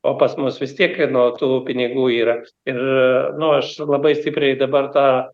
o pas mus vis tiek nu tų pinigų yra ir nu aš labai stipriai dabar tą